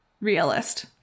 realist